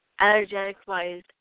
energetic-wise